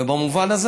ובמובן הזה,